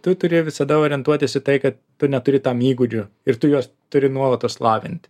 tu turi visada orientuotis į tai kad tu neturi tam įgūdžių ir tu juos turi nuolatos lavinti